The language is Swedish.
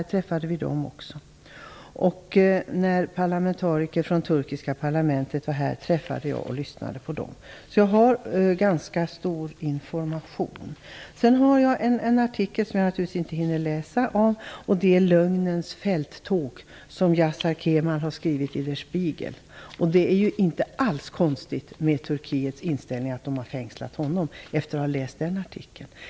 Jag träffade också och lyssnade på parlamentariker från det turkiska parlamentet när de var här. Jag har ganska mycket information. Jag har här en artikel som jag nu inte hinner läsa något ifrån - Lugnens fälttåg av Yasar Kemal i der Spiegel. Efter att ha läst den artikeln förstår jag att med den inställning man har i Turkiet är det inte alls konstigt att man har fängslat honom.